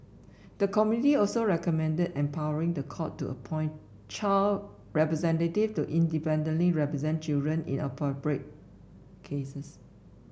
the committee also recommended empowering the court to appoint child representatives to independently represent children in appropriate cases